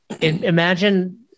Imagine